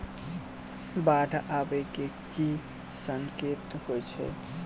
बाढ़ आबै केँ की संकेत होइ छै?